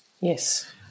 Yes